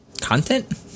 content